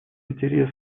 интерес